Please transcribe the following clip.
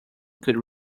could